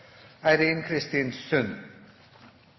Eirin Kristin Sund.